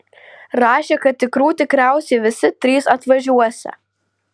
rašė kad tikrų tikriausiai visi trys atvažiuosią